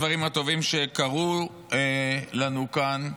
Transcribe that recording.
חלק מהדברים הטובים שקרו לנו כאן,